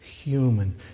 human